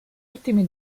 ultimi